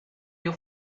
you